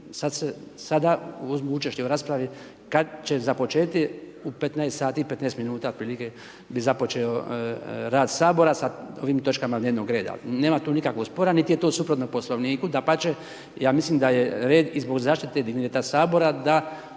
razumije./... kad će započeti u 15 sati i 15 minuta otprilike bi započeo rad Sabora sa ovim točkama dnevnog reda. Nema tu nikakvog spora niti je to suprotno Poslovniku, dapače ja mislim da je red i zbog zaštite digniteta Sabora da